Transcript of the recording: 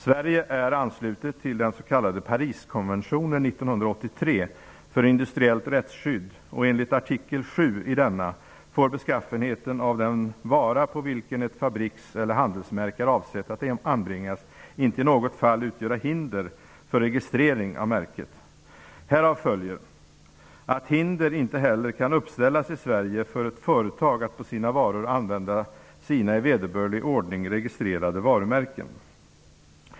Sverige är anslutet till den s.k. Pariskonventionen 1983 för industriellt rättsskydd, och enligt artikel 7 i denna får beskaffenheten av den vara på vilken ett fabrikseller handelsmärke är avsett att anbringas inte i något fall utgöra hinder för registrering av märket. Härav följer att hinder inte heller kan uppställas i Sverige för ett företag att på sina varor använda sina i vederbörlig ordning registrerade varumärken.